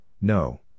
no